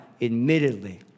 admittedly